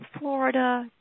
Florida